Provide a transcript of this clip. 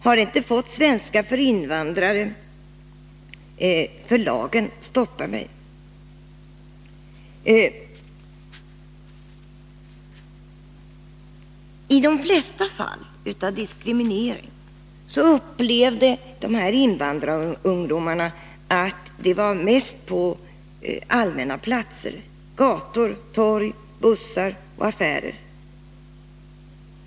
Har inte fått svenska för invandrare, för lagen stoppar mig.” När det gäller diskriminering så upplevde dessa invandrarungdomar att den förekom mest på allmänna platser: på gator och torg, i bussar och affärer.